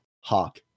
Hawk